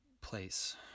place